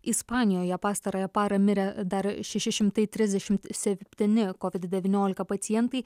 ispanijoje pastarąją parą mirė dar šeši šimtai trisdešimt septyni covid devyniolika pacientai